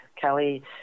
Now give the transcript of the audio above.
Kelly